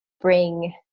bring